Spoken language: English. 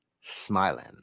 smiling